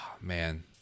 Man